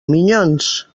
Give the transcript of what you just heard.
minyons